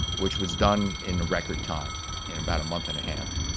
which was done in record time, in about a month and a half,